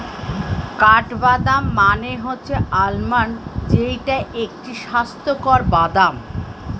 কাঠবাদাম মানে হচ্ছে আলমন্ড যেইটা একটি স্বাস্থ্যকর বাদাম